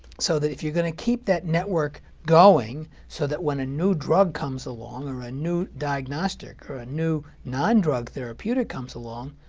so if you're going to keep that network going so that when a new drug comes along, or a new diagnostic or a new non-drug therapeutic comes along,